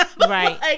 right